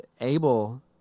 able